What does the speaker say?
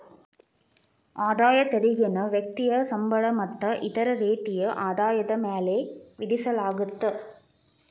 ಆದಾಯ ತೆರಿಗೆನ ವ್ಯಕ್ತಿಯ ಸಂಬಳ ಮತ್ತ ಇತರ ರೇತಿಯ ಆದಾಯದ ಮ್ಯಾಲೆ ವಿಧಿಸಲಾಗತ್ತ